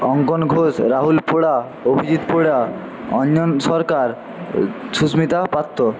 অঙ্কন ঘোষ রাহুল পোড়া অভিজিৎ পোড়া অঞ্জন সরকার সুস্মিতা পাত্র